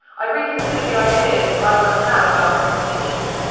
i've reconsidered the ideas i once had about prostitution.